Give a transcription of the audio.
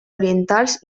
orientals